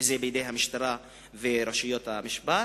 וזה בידי המשטרה ורשויות המשפט.